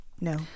No